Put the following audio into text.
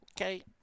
Okay